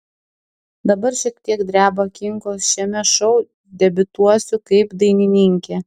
dabar šiek tiek dreba kinkos šiame šou debiutuosiu kaip dainininkė